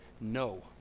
No